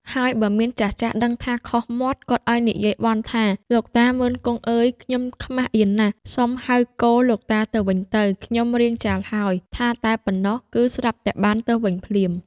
ហើយបើមានចាស់ៗដឹងថាខុសមាត់ គាត់ឲ្យនិយាយបន់ថា ‍‍«លោកតា មុឺន-គង់ អើយ ខ្ញុំខ្មាសអៀនណាស់ សុំហៅគោលោកតាទៅវិញទៅ ខ្ញុំរាងចាលហើយ‍‍‍» ថាតែប៉ុណ្ណោះ គឺស្រាប់តែបានទៅវិញភ្លាម។